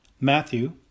Matthew